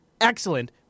excellent